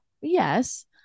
Yes